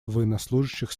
военнослужащих